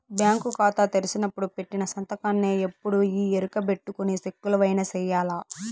bank కాతా తెరిసినపుడు పెట్టిన సంతకాన్నే ఎప్పుడూ ఈ ఎరుకబెట్టుకొని సెక్కులవైన సెయ్యాల